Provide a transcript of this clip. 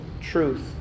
truth